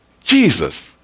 Jesus